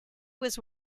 was